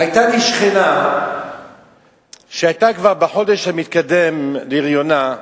היתה לי שכנה שהיתה כבר בחודש מתקדם להריונה,